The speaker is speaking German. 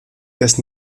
des